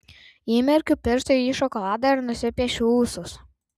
įmerkiu pirštą į šokoladą ir nusipiešiu ūsus